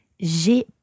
J'ai